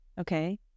Okay